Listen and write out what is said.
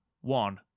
one